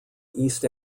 east